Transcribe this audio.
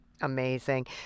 Amazing